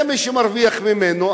מי שמרוויח ממנה,